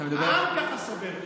העם סובר ככה,